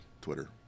Twitter